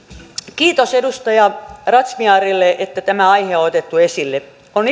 kiitos edustaja razmyarille että tämä aihe on otettu esille on